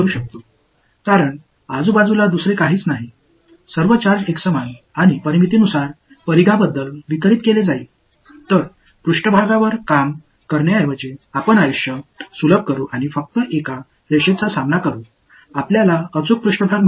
ஏனென்றால் அங்கு வேறு எதுவும் இல்லை அனைத்து சார்ஜும் ஒரே மாதிரியாகவும் சுற்றளவு முழுவதும் சமச்சீராகவும் விநியோகிக்கப்படுகிறது எனவே மேற்பரப்பைக் கையாள்வதற்குப் பதிலாக நாம் வாழ்க்கையை எளிமையாக்கலாம் மற்றும் ஒரு வரியைக் கையாளலாம்